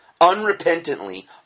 unrepentantly